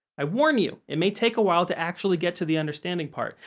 i warn you, it may take awhile to actually get to the understanding part,